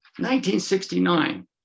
1969